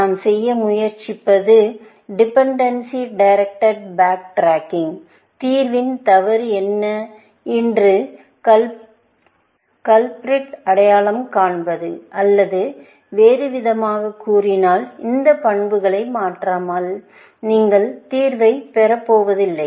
நாம் செய்ய முயற்சிப்பது டிபெண்டன்சி டைரக்டடு பேக் ட்ரெக்கிங் தீர்வின் தவறு என்ன இன்று கலப்ரிட் அடையாளம் காண்பது அல்லது வேறுவிதமாகக் கூறினால் அந்த பண்புகளை மாற்றாமல் நீங்கள் தீர்வை பெறப்போவதில்லை